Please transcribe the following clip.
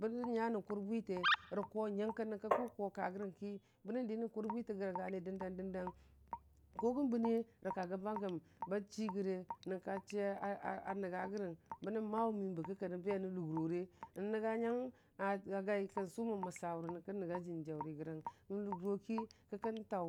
Bən nya nən kʊr bwite rə koo nyənkə kʊ koo karəyərəng ki, bənəndi nən kʊra bwi a gani dən dan dəndang gan hane rə kagəmbagəm, ba chirəge nyənka ba chi a nəngu rəgən bə nən mawʊ miyəm bə ki kənən be nən lʊgʊrore, nən nənga nyangən a gai kən sʊmaən məsawure nyənkən nənga jiniwuri rəgən, n lʊgʊroki kən taʊ